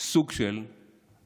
סוג של "קבורה"